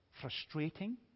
frustrating